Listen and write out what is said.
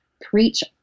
preach